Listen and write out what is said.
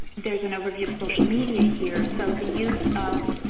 there is an overview of social media here, so the use of